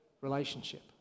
relationship